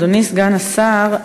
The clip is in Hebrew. אדוני סגן השר,